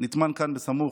נטמן כאן בסמוך,